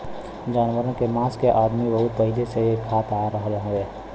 जानवरन के मांस के अदमी बहुत पहिले से खात आ रहल हउवे